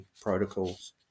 protocols